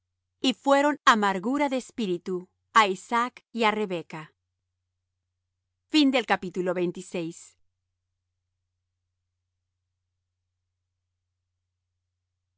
y fueron amargura de espíritu á isaac y á rebeca y